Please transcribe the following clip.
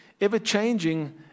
ever-changing